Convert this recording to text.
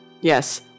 Yes